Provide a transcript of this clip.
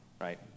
right